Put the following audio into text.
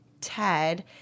Ted